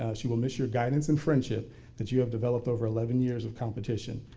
ah she will miss your guidance and friendship that you have developed over eleven years of competition.